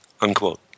unquote